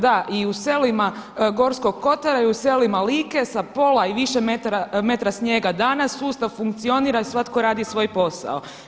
Da i u stalima Gorskog Kotara i u selima Like sa pola i više metara snijega danas sustav funkcionira i svatko radi svoj posao.